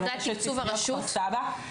או לרשת ספריות כפר סבא.